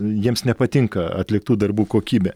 jiems nepatinka atliktų darbų kokybė